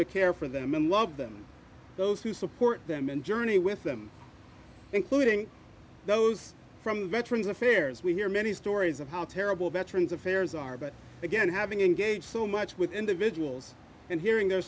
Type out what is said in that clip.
to care for them and love them those who support them and journey with them including those from veterans affairs we hear many stories of how terrible veterans affairs are but again having engaged so much with individuals and hearing their